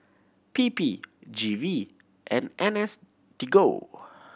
P P G V and N S D go